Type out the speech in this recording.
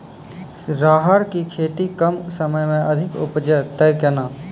राहर की खेती कम समय मे अधिक उपजे तय केना?